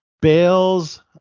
Bale's